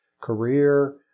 Career